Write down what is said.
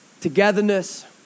Togetherness